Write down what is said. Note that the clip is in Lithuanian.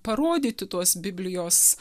parodyti tuos biblijos